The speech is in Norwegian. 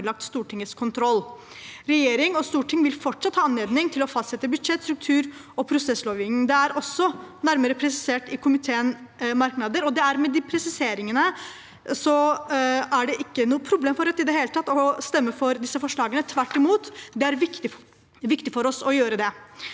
Stortingets kontroll. Regjering og storting vil fortsatt ha anledning til å fastsette budsjett, struktur og prosesslovgivning. Det er også nærmere presisert i komiteens merknader, og med disse presiseringene er det ikke i det hele tatt noe problem for Rødt å stemme for disse forslagene. Tvert imot: Det er viktig for oss å gjøre det.